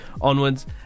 onwards